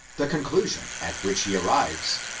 the conclusion at which he arrives,